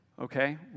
okay